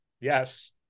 Yes